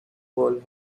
world